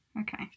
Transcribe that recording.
okay